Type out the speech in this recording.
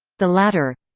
the latter.